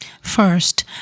first